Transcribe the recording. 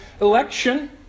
election